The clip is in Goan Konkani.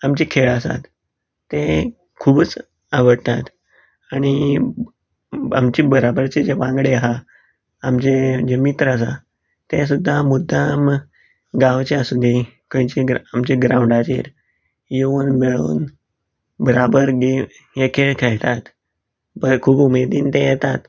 आमचे खेळ आसात तें खुबूच आवडटात आनी आमचे बराबरचे जे वांगडे आहा आमचे जे मित्र आसात ते सुद्दां मुद्दाम गांवचे आसूंदी खंयचा आमच्या ग्रांउंडाचेर येवन मेळोन बराबर हे खेळ खेळटात बरें खूब उमेदीन ते येतात